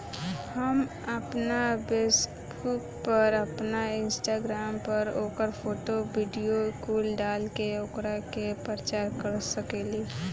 हम आपना फेसबुक पर, आपन इंस्टाग्राम पर ओकर फोटो, वीडीओ कुल डाल के ओकरा के प्रचार कर सकेनी